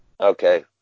Okay